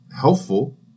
helpful